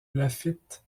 laffitte